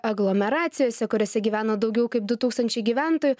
aglomeracijose kuriose gyvena daugiau kaip du tūkstančiai gyventojų